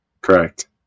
Correct